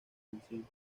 pensión